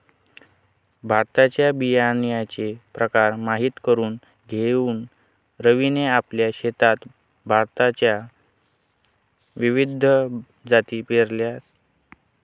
भाताच्या बियाण्याचे प्रकार माहित करून घेऊन रवीने आपल्या शेतात भाताच्या विविध जाती पेरल्या